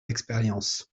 l’expérience